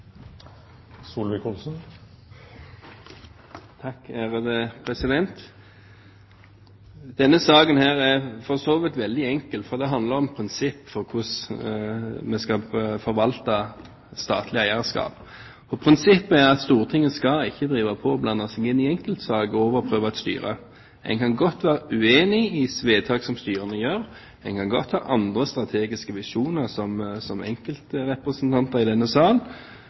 for så vidt veldig enkel, for det handler om prinsipper for hvordan vi skal forvalte statlig eierskap. Prinsippet er at Stortinget ikke skal blande seg inn i enkeltsaker og overprøve et styre. En kan godt være uenig i vedtak som styrene gjør, og en kan godt ha andre strategiske visjoner som enkeltrepresentanter i denne